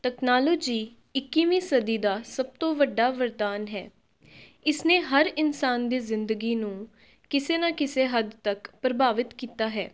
technology ਇੱਕੀਵੀਂ ਸਦੀ ਦਾ ਸਭ ਤੋਂ ਵੱਡਾ ਵਰਦਾਨ ਹੈ ਇਸ ਨੇ ਹਰ ਇਨਸਾਨ ਦੀ ਜ਼ਿੰਦਗੀ ਨੂੰ ਕਿਸੇ ਨਾ ਕਿਸੇ ਹੱਦ ਤੱਕ ਪ੍ਰਭਾਵਿਤ ਕੀਤਾ ਹੈ